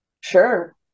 Sure